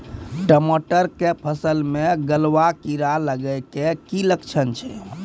टमाटर के फसल मे गलुआ कीड़ा लगे के की लक्छण छै